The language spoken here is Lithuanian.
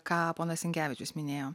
ką ponas sinkevičius minėjo